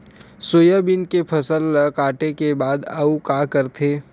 Soybean के फसल ल काटे के बाद आऊ का करथे?